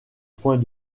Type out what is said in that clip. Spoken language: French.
point